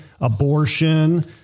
abortion